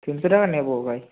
তিনশো টাকা নেব ভাই